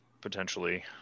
potentially